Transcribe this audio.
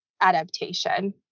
adaptation